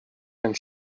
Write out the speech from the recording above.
and